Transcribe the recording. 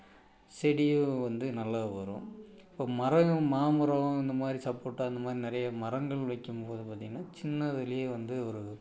செடியும் வந்து நல்லா வரும் இப்போ மரம் மாமரம் இந்தமாதிரி சப்போட்டா இந்தமாதிரி நிறைய மரங்கள் வைக்கும் போது பார்த்திங்கன்னா சின்ன இதுலேயே வந்து